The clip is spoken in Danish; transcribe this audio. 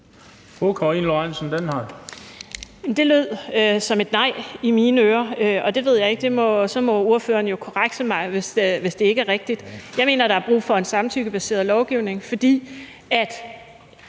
Det lød som et nej i mine ører. Ordføreren må jo korrekse mig, hvis det ikke er rigtigt. Jeg mener, der er brug for en samtykkebaseret lovgivning, for når